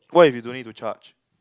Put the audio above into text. what if you don't need to charge